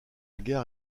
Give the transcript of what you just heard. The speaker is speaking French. gare